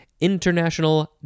International